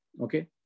Okay